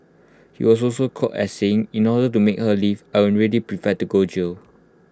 he was also quoted as saying in order to make her leave I am already prepared to go jail